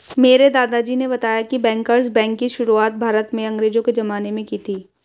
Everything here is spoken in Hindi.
मेरे दादाजी ने बताया की बैंकर्स बैंक की शुरुआत भारत में अंग्रेज़ो के ज़माने में की थी